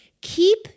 Keep